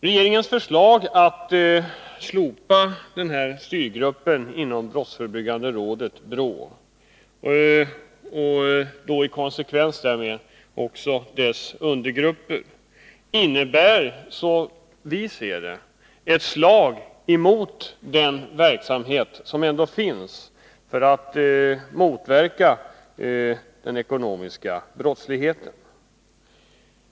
Regeringens förslag att slopa denna styrgrupp inom BRÅ, och i konsekvens därmed också dess undergrupper, innebär, som vi ser det, ett slag mot den verksamhet som pågår för att motverka den ekonomiska brottsligheten.